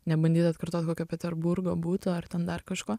nebandyt atkartoti kokio peterburgo būtų ar ten dar kažko